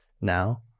now